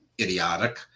idiotic